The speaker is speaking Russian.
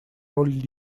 роль